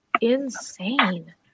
insane